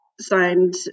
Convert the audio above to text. signed